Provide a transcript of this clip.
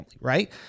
right